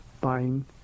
buying